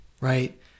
right